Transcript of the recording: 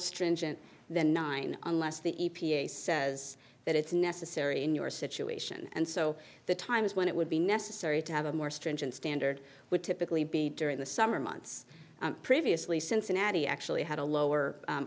stringent than nine unless the e p a says that it's necessary in your situation and so the times when it would be necessary to have a more stringent standard would typically be during the summer months previously cincinnati actually had a lower